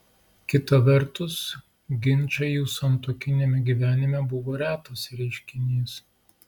kita vertus ginčai jų santuokiniame gyvenime buvo retas reiškinys